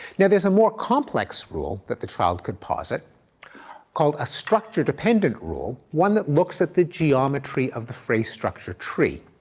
now there's a more complex rule that the child could posit called a structure dependent rule, one that looks at the geometry of the phrase structure tree.